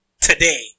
today